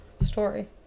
story